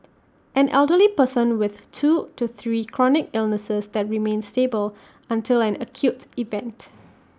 an elderly person with two to three chronic illnesses that remain stable until an acute event